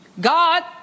God